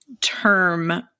term